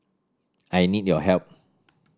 I need your help